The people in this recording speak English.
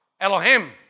Elohim